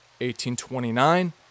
1829